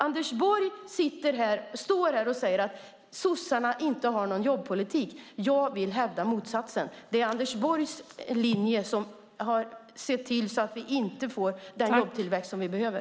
Anders Borg står här och säger att sossarna inte har någon jobbpolitik. Jag vill hävda motsatsen. Det är Anders Borgs linje som har gjort att vi inte får den jobbtillväxt som vi behöver.